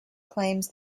claims